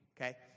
Okay